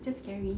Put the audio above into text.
just scary